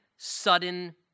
sudden